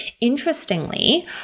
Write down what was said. interestingly